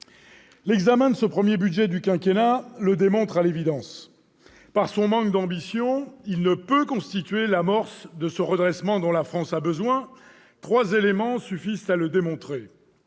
L'examen de ce premier budget du quinquennat le démontre à l'évidence. Du fait de son manque d'ambition, celui-ci ne peut constituer l'amorce du redressement dont la France a besoin. Trois éléments suffisent à le démontrer